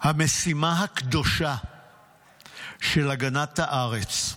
המשימה הקדושה של הגנת הארץ,